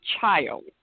child